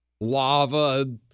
Lava